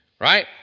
right